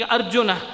Arjuna